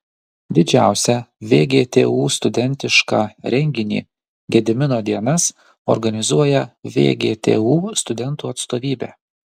didžiausią vgtu studentišką renginį gedimino dienas organizuoja vgtu studentų atstovybė